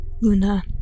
Luna